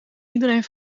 iedereen